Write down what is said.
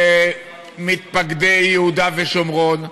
מתפקדי יהודה ושומרון.